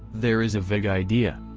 there is a vague idea.